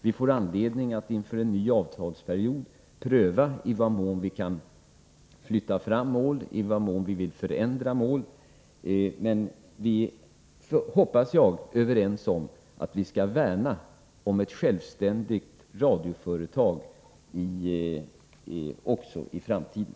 Vi får anledning att inför en ny avtalsperiod pröva i vad mån vi kan flytta fram mål och i vad mån vi vill förändra mål. Men vi är — hoppas jag - överens om att vi skall värna om ett självständigt radioföretag också i framtiden.